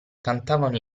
cantavano